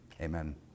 amen